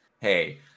Hey